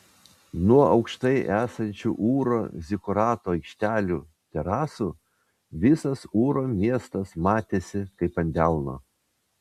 nuo aukštai esančių ūro zikurato aikštelių terasų visas ūro miestas matėsi kaip ant delno